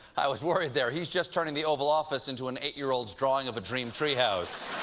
i was worried there. he's just turning the oval office into an eight year old's drawing of a dream treehouse.